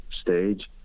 stage